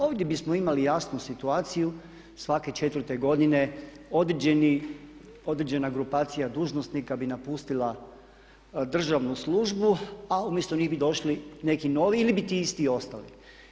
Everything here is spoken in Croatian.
Ovdje bismo imali jasnu situaciju svake četvrtke godine određena grupacija dužnosnika bi napustila državnu službu, a umjesto njih bi došli neki novi ili bi ti isti ostali.